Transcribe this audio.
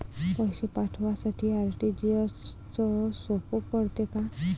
पैसे पाठवासाठी आर.टी.जी.एसचं सोप पडते का?